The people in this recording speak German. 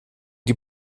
die